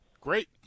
Great